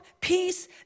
peace